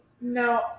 No